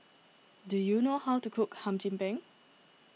do you know how to cook Hum Chim Peng